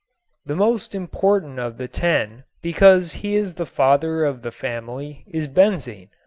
the most important of the ten because he is the father of the family is benzene,